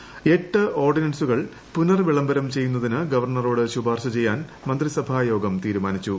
മന്ത്രിസഭായോഗം എട്ട് ഓർഡിനൻസുകൾ പുനഃവിളംബരം ചെയ്യുന്നതിന് ഗവർണറോട് ശുപാർശ ചെയ്യാൻ മന്ത്രിസഭായോഗം തീരുമാനിച്ചു